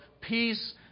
peace